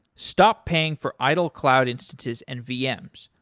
stop paying for idle cloud instances and vm's.